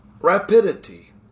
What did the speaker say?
rapidity